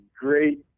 great